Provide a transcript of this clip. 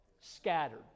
Scattered